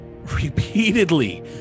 repeatedly